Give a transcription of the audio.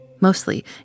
mostly